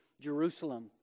Jerusalem